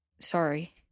sorry